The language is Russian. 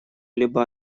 либо